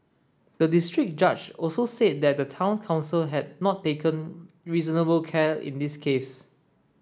the district judge also said that the town council had not taken reasonable care in this case